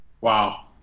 Wow